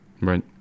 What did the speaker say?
Right